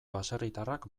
baserritarrak